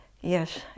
yes